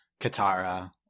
Katara